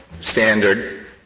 standard